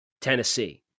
Tennessee